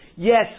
Yes